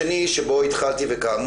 אנחנו רואים הרבה אבטלה היום בקרב